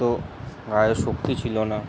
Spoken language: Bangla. অত গায়ে শক্তি ছিলো না